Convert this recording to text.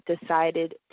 decided